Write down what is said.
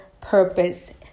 purpose